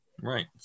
right